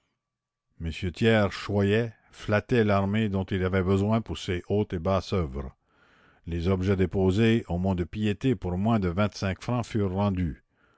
thiers choyait flattait l'armée dont il avait besoin pour ses hautes et basses œuvres les objets déposés au mont-de-piété pour moins de vingt-cinq francs furent rendus